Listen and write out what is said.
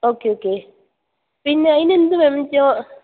okay okay പിന്നെ അതിന് എന്ത് വേണോച്ചാൽ